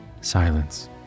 silence